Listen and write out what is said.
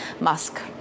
Musk